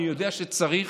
אני יודע שצריך,